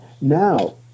Now